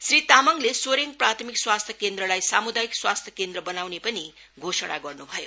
श्री तामाङले सोरेङ प्राथमिक स्वास्थ्य केन्द्रलाई सामुदायिक स्वास्थ्य केन्द्र बनाउने पनि घोषणा गर्नु भयो